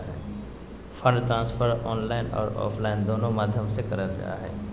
fund transfer online आर offline दोनों माध्यम से करल जा हय